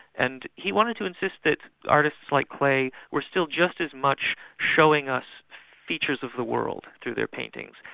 and he wanted to insist that artists like klee were still just as much showing us features of the world through their paintings,